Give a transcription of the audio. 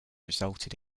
resulted